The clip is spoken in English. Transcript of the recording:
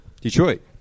Detroit